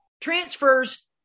transfers